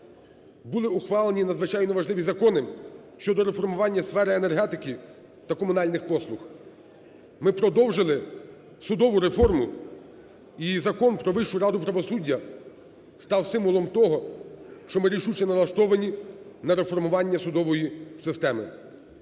Були ухвалені надзвичайно важливі закони щодо реформування сфери енергетики та комунальних послуг. Ми продовжили судову реформу, і Закон "Про Вищу раду правосуддя" став символом того, що ми рішуче налаштовані на реформування судової системи.